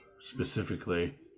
specifically